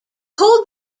called